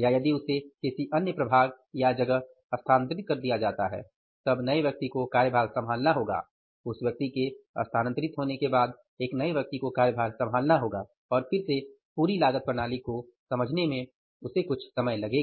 या यदि उसे किसी अन्य प्रभाग या जगह स्थानांतरित कर दिया जाता है तब नए व्यक्ति को कार्यभार संभालना होगा और फिर से पूरी लागत प्रणाली को समझने में उसे कुछ समय लगेगा